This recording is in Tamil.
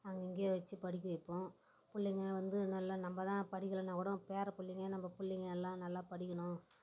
நாங்கள் இங்கேயே வச்சு படிக்க வைப்போம் பிள்ளைங்க வந்து நல்லா நம்ம தான் படிக்கலன்னாக் கூட நம்ம பேரப் பிள்ளைங்க நம்ம பிள்ளைங்க எல்லாம் நல்லா படிக்கணும்